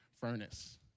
furnace